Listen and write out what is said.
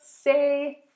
say